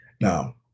Now